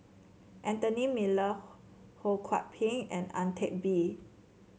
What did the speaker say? Anthony Miller Ho Kwon Ping and Ang Teck Bee